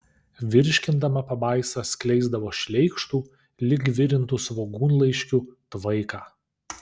virškindama pabaisa skleisdavo šleikštų lyg virintų svogūnlaiškių tvaiką